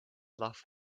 love